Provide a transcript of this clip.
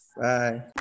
bye